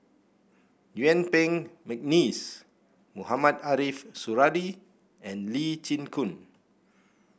Yuen Peng McNeice Mohamed Ariff Suradi and Lee Chin Koon